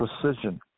precision